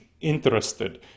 interested